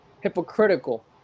hypocritical